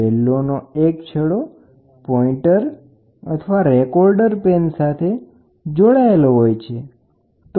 બેલોનો એક છેડો પોઇન્ટર અથવા રેકોર્ડર પેન સાથે જોડાયેલો હોય છે